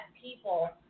people